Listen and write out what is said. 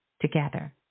together